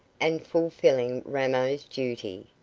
and fulfilling ramo's duty,